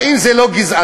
האם זה לא גזענות?